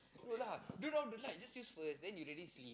good lah don't on the light just use first then you really see